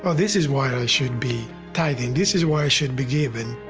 ah this is why i should be tithing. this is why i should be giving.